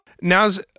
Now's